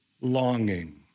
longing